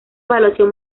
evaluación